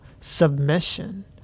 submission